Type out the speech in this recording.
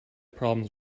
problems